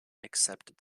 accepted